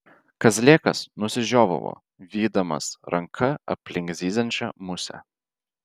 kazlėkas nusižiovavo vydamas ranka aplink zyziančią musę